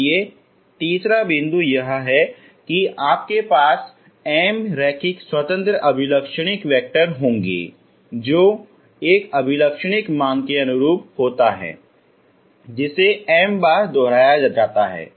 इसलिए तीसरा बिंदु यह है कि आपके पास m रैखिक स्वतंत्र अभिलक्षणिक वैक्टर होंगे जो एक अभिलक्षणिक मान के अनुरूप होता है जिसे m बार दोहराया जाता है